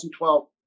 2012